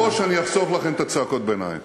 מראש אני אחסוך לכם את צעקות הביניים